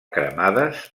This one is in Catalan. cremades